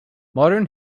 modern